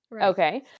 okay